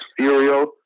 Furio